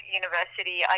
university